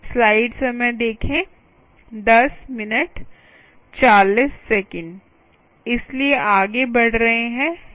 इसलिए आगे बढ़ रहे हैं